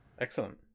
Excellent